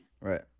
Right